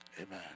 Amen